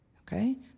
Okay